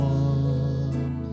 one